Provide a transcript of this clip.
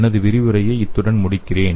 எனது விரிவுரையை இத்துடன் முடிக்கிறேன்